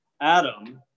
Adam